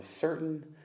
certain